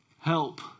Help